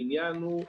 העניין הוא,